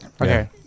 Okay